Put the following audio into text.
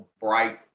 bright